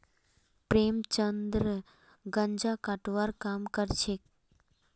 प्रेमचंद गांजा कटवार काम करछेक